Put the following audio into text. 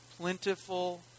plentiful